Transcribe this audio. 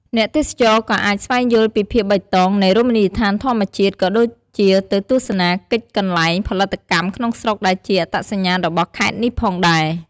អ្នកទេសចរណ៍ក៏អាចស្វែងយល់ពីភាពបៃតងនៃរមណីយដ្ឋានធម្មជាតិ ក៏ដូចជាទៅទស្សនាកិច្ចកន្លែងផលិតកម្មក្នុងស្រុកដែលជាអត្តសញ្ញាណរបស់ខេត្តនេះផងដែរ។